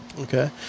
Okay